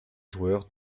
joueur